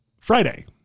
Friday